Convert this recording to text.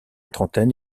trentaine